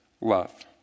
love